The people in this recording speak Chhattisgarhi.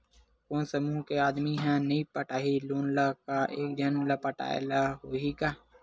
कोन समूह के आदमी हा नई पटाही लोन ला का एक झन ला पटाय ला होही का?